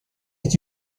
est